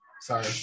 Sorry